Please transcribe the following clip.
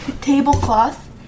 tablecloth